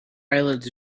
eyelids